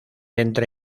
entre